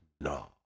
No